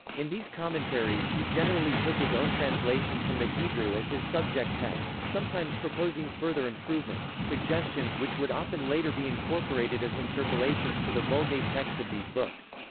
in these commentaries he generally took his own translation from the hebrew as his subject text, sometimes proposing further improvements, suggestions which would often later be incorporated as interpolations to the vulgate text of these books.